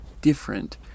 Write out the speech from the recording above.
different